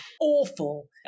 awful